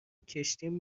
کشتیم